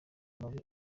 mabi